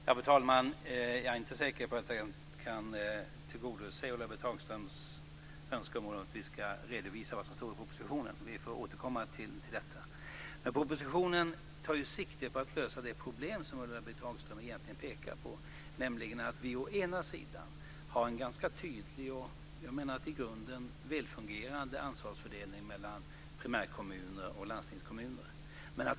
Fru talman! Jag är inte säker på att jag kan tillgodose Ulla-Britt Hagströms önskemål om att vi ska redovisa vad som står i propositionen. Vi får återkomma till detta. Propositionen tar sikte på att lösa det problem som Ulla-Britt Hagström pekar på. Vi har en ganska tydlig och, menar jag, i grunden väl fungerande ansvarsfördelning mellan primärkommuner och landstingskommuner.